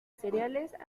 cereales